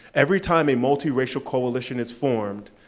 every time a multiracial coalition is formed,